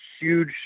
huge